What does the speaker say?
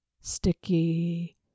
sticky